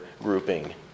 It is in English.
grouping